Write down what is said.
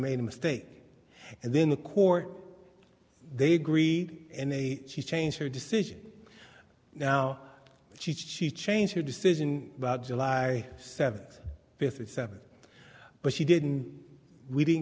made a mistake and then the court they agreed and she changed her decision now she she changed her decision about july seventh fifty seventh but she didn't we didn't